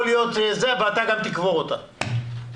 ואתה גם תקבור אותה.